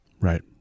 Right